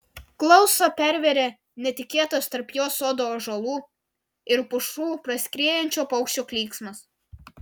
klausą pervėrė netikėtas tarp jos sodo ąžuolų ir pušų praskriejančio paukščio klyksmas